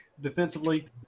defensively